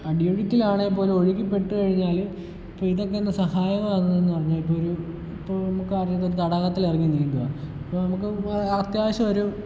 അടിയൊഴുക്കിൽ ആണെങ്കിൽ പോലും ഒഴുക്കിൽ പെട്ടുകഴിഞ്ഞാൽ ഇപ്പോൾ ഇതൊക്കെയാണ് സഹായം ആകുന്നത് എന്ന് പറഞ്ഞാൽ ഇപ്പോൾ ഇത് ഒരു ഇപ്പോൾ ഒരു തടാകത്തിൽ ഇറങ്ങി നീന്തുവാ അപ്പോൾ നമുക്ക് അത്യാവശ്യമൊരു